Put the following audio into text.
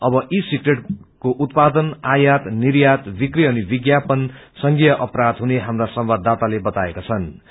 अब ई सिगरेटको उत्पादन आयात निर्यात बिक्रकी अनि विज्ञापन संज्ञेय अपराध हुने आम्रा संवाददााताले बताएका छनृ